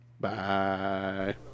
Bye